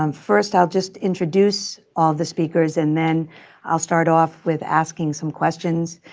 um first i'll just introduce all the speakers, and then i'll start off with asking some questions.